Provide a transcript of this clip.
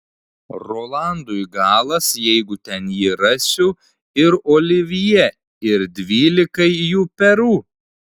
rolandui galas jeigu ten jį rasiu ir olivjė ir dvylikai jų perų